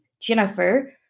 Jennifer